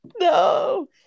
No